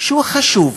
שהוא חשוב,